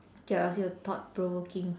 okay I'll ask you a thought provoking